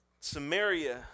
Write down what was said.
Samaria